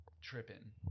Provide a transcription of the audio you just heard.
tripping